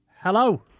hello